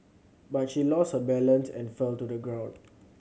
but she lost her balance and fell to the ground